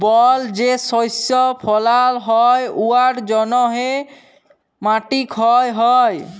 বল যে শস্য ফলাল হ্যয় উয়ার জ্যনহে মাটি ক্ষয় হ্যয়